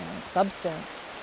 substance